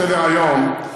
סדר-היום.